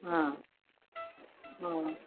हा आम्